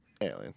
Alien